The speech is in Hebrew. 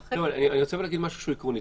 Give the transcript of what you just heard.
אני רוצה להגיד משהו עקרונית